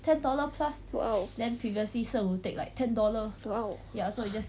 !wow! !wow!